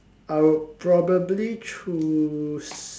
I would probably choose